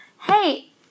hey